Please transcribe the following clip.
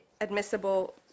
admissible